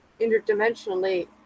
interdimensionally